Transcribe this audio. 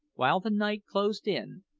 while the night closed in,